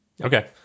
Okay